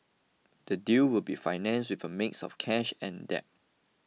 the deal will be financed with a mix of cash and debt